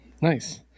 nice